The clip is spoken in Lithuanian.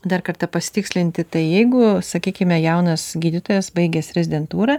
dar kartą pasitikslinti tai jeigu sakykime jaunas gydytojas baigęs rezidentūrą